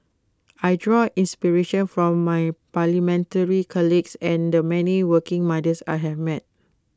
I draw inspiration from my parliamentary colleagues and the many working mothers I have met